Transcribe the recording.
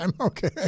Okay